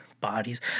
bodies